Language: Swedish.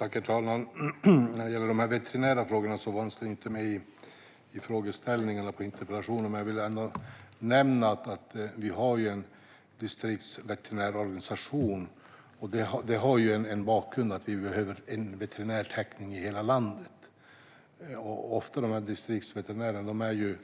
Herr talman! De veterinära frågorna fanns inte med i interpellationens frågeställningar, men jag vill ändå nämna att vi har en distriktsveterinärorganisation. Det har en bakgrund i att vi behöver en veterinärtäckning i hela landet. Ofta har distriktsveterinärerna